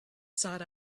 sought